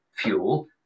fuel